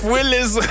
Willis